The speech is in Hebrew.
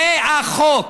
זה החוק.